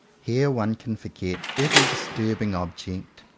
here one can forget every dis turbing object,